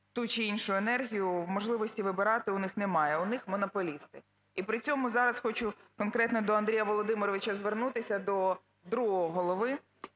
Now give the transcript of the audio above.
ту чи іншу енергію, можливості вибирати у них немає, у них монополісти. І при цьому зараз хочу конкретно до Андрія Володимировича звернутися, до другого голови,